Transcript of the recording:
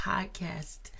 Podcast